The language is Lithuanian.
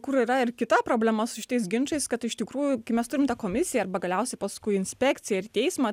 kur yra ir kita problema su šitais ginčais kad iš tikrųjų kai mes turim tą komisiją arba galiausiai paskui inspekciją ir teismą